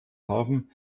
hafen